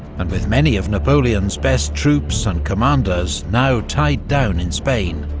and with many of napoleon's best troops and commanders now tied down in spain,